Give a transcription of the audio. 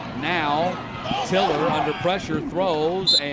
now tiller under pressure throws and